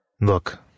Look